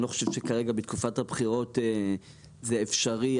אני לא חושב שכרגע, בתקופת הבחירות, זה אפשרי.